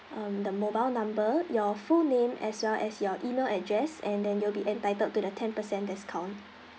um the mobile number your full name as well as your email address and then you'll be entitled to the ten percent discount